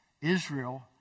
Israel